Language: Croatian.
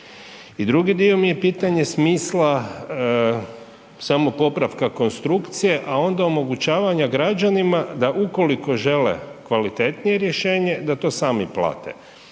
drugi dio mi je pitanje smisla samo popravka konstrukcije, a onda omogućavanja građanima da ukoliko žele kvalitetnije rješenje da to sami plate.